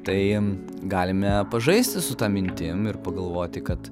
tai galime pažaisti su ta mintim ir pagalvoti kad